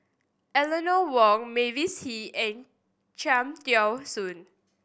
Eleanor Wong Mavis Hee and Cham Tao Soon